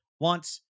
wants